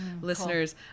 listeners